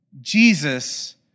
Jesus